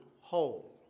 whole